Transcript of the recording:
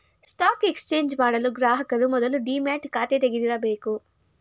stock exchange ಮಾಡಲು ಗ್ರಾಹಕರು ಮೊದಲು ಡಿಮ್ಯಾಟ್ ಖಾತೆ ತೆಗಿದಿರಬೇಕು